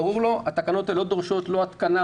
התקנות האלה לא דורשות לא התקנה,